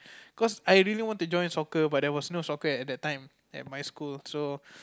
cause I really want to join soccer but there was no soccer at at that time at my school so